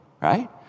right